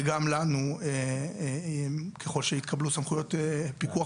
וגם לנו ככל שיתקבלו סמכויות פיקוח